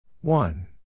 One